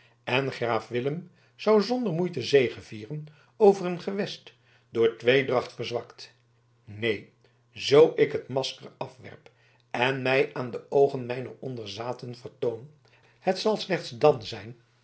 en graaf willem zou zonder moeite zegevieren over een gewest door tweedracht verzwakt neen zoo ik het masker afwerp en mij aan de oogen mijner onderzaten vertoon het zal slechts dan zijn